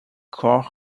koch